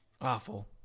awful